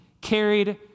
carried